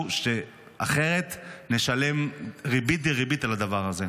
אחרת נשלם בריבית-דריבית על הדבר הזה.